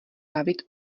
bavit